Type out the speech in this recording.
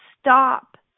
stop